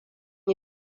yi